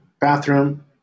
bathroom